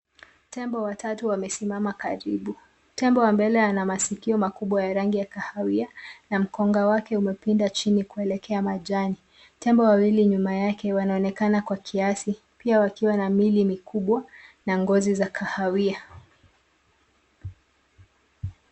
Tembo watatu wamesimama karibu. Tembo wa mbele ana masikio makubwa ya rangi ya kahawia na mkonga wake umepinda chini kuelekea majani. Tembo wawili nyuma yake wanaonekana kwa kiasi, pia wakiwa na miili mikubwa na ngozi za kahawia.